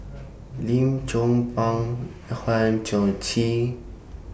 Lim Chong Pang Hang Chang Chieh